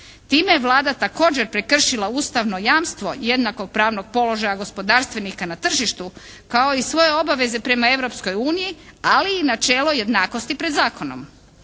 Time je Vlada također prekršila ustavno jamstvo jednakopravnog položaja gospodarstvenika na tržištu kao i svoje obaveze prema Europskoj uniji, ali i načelo jednakosti pred zakonom.